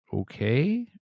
Okay